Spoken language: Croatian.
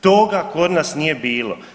Toga kod nas nije bilo.